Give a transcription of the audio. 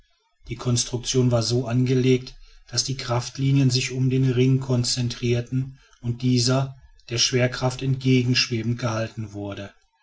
die konstruktion war so angelegt daß die kraftlinien sich um den ring konzentrierten und dieser der schwerkraft entgegen schwebend gehalten wurde